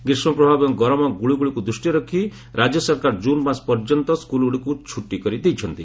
ଗ୍ରୀଷ୍ମପ୍ରବାହ ଏବଂ ଗରମ ଗୁଳୁଗୁଳିକୁ ଦୃଷ୍ଟିରେ ରଖି ରାଜ୍ୟ ସରକାର ଜୁନ୍ ମାସ ପର୍ଯ୍ୟନ୍ତ ସ୍କୁଲ୍ଗୁଡ଼ିକୁ ଛୁଟି କରିଦେଇଛନ୍ତି